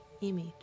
image